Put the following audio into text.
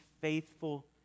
faithful